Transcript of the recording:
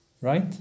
right